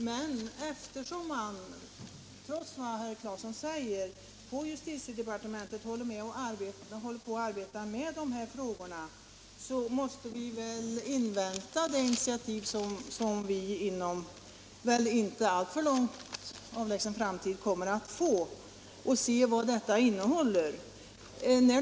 Men eftersom man, trots vad herr Claeson säger, på justitiedepartementet håller på att arbeta med dessa frågor, måste vi väl invänta det initiativ som inom inte alltför avlägsen framtid torde komma att tas och se vad det innebär.